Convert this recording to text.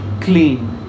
clean